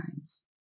times